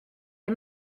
les